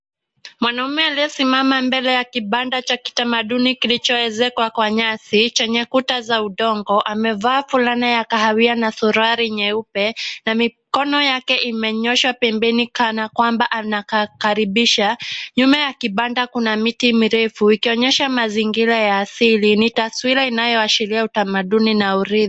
Mwanaume aliye simama mbele ya kibanda cha kitamaduni kilichoezekwa kwa nyasi chenye kuta za udongo amevaa fulana ya kahawia na suruali nyeupe na mikono yake imenyoshwa pembeni kana kwamba anakaribisha. Nyuma ya kibanda kuna miti mirefu ikionyesha mazingira ya asili. Ni taswira inayoashiria utamaduni na uridhi.